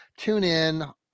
TuneIn